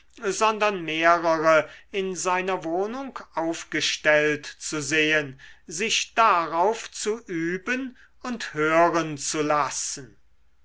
sondern mehrere in seiner wohnung aufgestellt zu sehen sich darauf zu üben und hören zu lassen